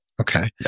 Okay